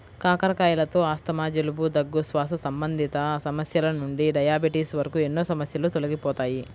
కాకరకాయలతో ఆస్తమా, జలుబు, దగ్గు, శ్వాస సంబంధిత సమస్యల నుండి డయాబెటిస్ వరకు ఎన్నో సమస్యలు తొలగిపోతాయి